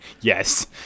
yes